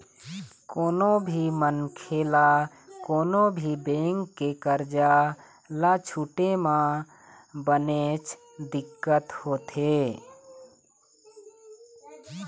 कोनो भी मनखे ल कोनो भी बेंक के करजा ल छूटे म बनेच दिक्कत होथे